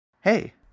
Hey